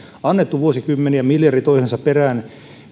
annettu vuosikymmeniä miljardi toisensa perään